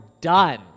done